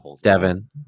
Devin